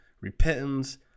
repentance